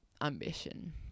ambition